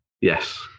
Yes